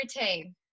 routine